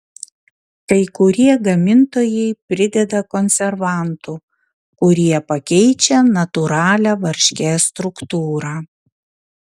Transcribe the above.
kai kurie gamintojai prideda konservantų kurie pakeičią natūralią varškės struktūrą